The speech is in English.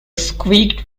squeaked